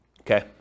Okay